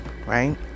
right